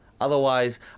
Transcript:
Otherwise